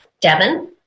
Devin